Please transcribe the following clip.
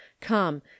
come